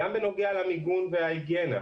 גם בנוגע למיגון וההיגיינה.